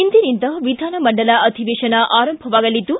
ಇಂದಿನಿಂದ ವಿಧಾನ ಮಂಡಲ ಅಧಿವೇತನ ಆರಂಭವಾಗಲಿದ್ದು